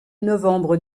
novembre